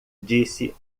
disse